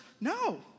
No